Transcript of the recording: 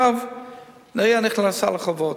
"נהרייה" נכנס לחובות.